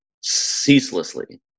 ceaselessly